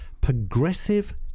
progressive